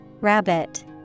Rabbit